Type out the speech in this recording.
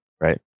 right